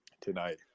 tonight